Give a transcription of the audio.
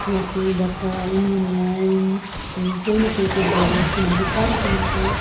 या फिर doctor engineering केही न केहीको गरोस् किनभने पढेको मान्छे